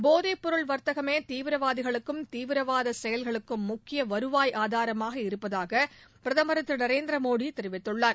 போதைப்பொருள் வர்த்தகமே தீவிரவாதிகளுக்கும் தீவிரவாத செயல்களுக்கும் முக்கிய வருவாய் ஆதாரமாக இருப்பதாக பிரதமர் திரு நரேந்திர மோடி தெரிவித்துள்ளார்